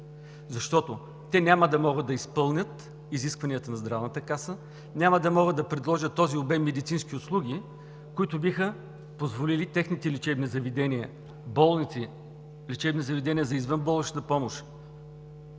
Защото те няма да могат да изпълнят изискванията на Здравната каса, няма да могат да предложат този обем медицински услуги, които биха позволили техните лечебни заведения, болници, лечебни заведения за извънболнична помощ,